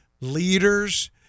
leaders